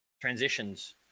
transitions